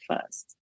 first